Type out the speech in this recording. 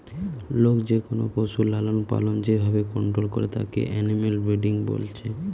লোক যেকোনো পশুর লালনপালন যে ভাবে কন্টোল করে তাকে এনিম্যাল ব্রিডিং বলছে